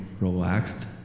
relaxed